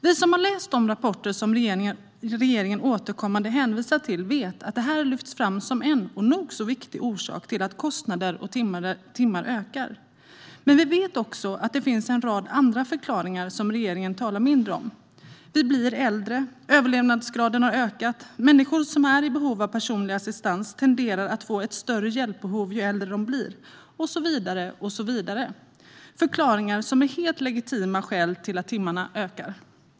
Vi som har läst de rapporter som regeringen återkommande hänvisar till vet att det här lyfts fram som en nog så viktig orsak till att kostnader och timmar ökar. Men vi vet också att det finns en rad andra förklaringar som regeringen talar mindre om. Vi blir äldre. Överlevnadsgraden har ökat. Människor som är i behov av personlig assistans tenderar att få ett större hjälpbehov ju äldre de blir. Det är förklaringar som är helt legitima skäl till att timmarna ökar.